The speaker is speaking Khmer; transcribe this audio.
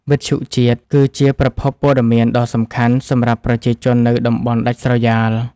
វិទ្យុជាតិគឺជាប្រភពព័ត៌មានដ៏សំខាន់សម្រាប់ប្រជាជននៅតំបន់ដាច់ស្រយាល។